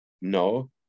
No